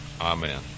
Amen